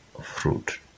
fruit